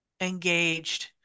engaged